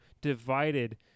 divided